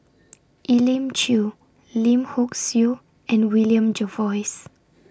Elim Chew Lim Hock Siew and William Jervois